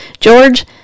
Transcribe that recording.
George